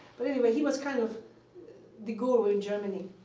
but anyway, he was kind of the guru in germany.